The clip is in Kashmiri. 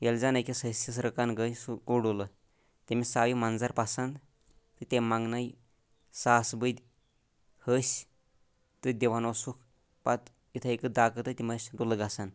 ییٚلہِ زَن أکِس ۂستِس رِکن گٔے سُہ گوٚو ڈُلہٕ تٔمس آو یہِ منظر پَسند تٔمۍ منگنٲے ساسہٕ بٔدۍ ۂسۍ تہٕ دِوان اوسُکھ پَتہٕ اِتھٕے کٔنۍ دَقہٕ تہٕ تِم ٲسۍ ڈُلہٕ گژھان